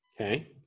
okay